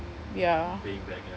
ya